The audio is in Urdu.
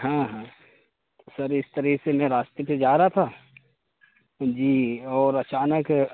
ہاں ہاں سر اس طرح سے میں راستے پہ جا رہا تھا جی اور اچانک